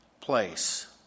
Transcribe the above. place